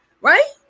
right